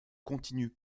continue